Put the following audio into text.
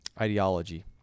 ideology